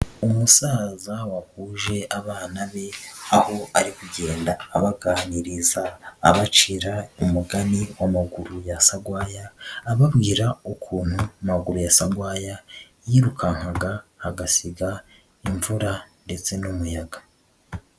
Umusaza wahuje abana be aho ari kugenda abaganiriza abacira umugani wa Maguru ya Sarwaya, ababwira ukuntu Maguru ya Sarwaya yirukankaga agasiga imvura ndetse n'umuyaga.